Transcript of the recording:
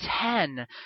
ten